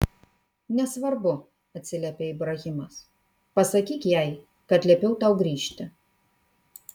nesvarbu atsiliepė ibrahimas pasakyk jai kad liepiau tau grįžti